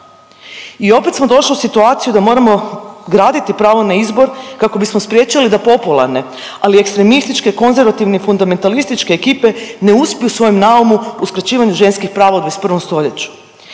I opet smo došli u situaciju da moramo graditi pravo na izbor kako bismo spriječili da popularne, ali ekstremističke konzervativne i fundamentalističke ekipe ne uspiju u svojem naumu uskraćivanju ženskih prava u 21. stoljeću.